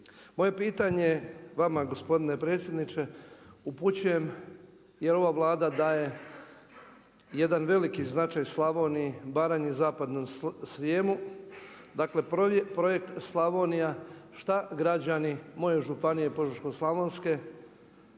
Moje pitanje vama gospodine predsjedniče upućujem jer ova Vlada daje jedan veliki značaj Slavoniji, Baranji, Zapadnom Srijemu. Dakle, projekt Slavonija šta građani moje županije Požeško-slavonske,